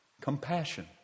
compassion